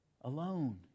Alone